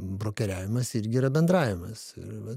brokeriavimas irgi yra bendravimas ir vat